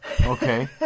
Okay